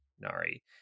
Nari